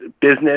business